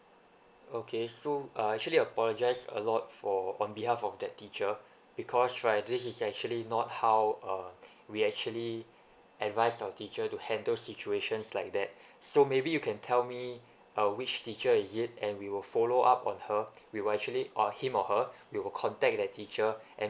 okay so uh I actually apologize a lot for on behalf of that teacher because right this is actually not how uh we actually advise our teacher to handle situations like that so maybe you can tell me uh which teacher is it and we will follow up on her we will actually uh him or her we will contact that teacher and